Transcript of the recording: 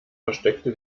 versteckte